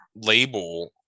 label